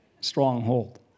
stronghold